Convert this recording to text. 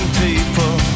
people